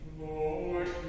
Lord